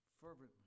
fervently